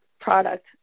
product